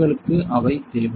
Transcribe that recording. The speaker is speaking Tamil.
உங்களுக்கு அவை தேவை